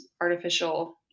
artificial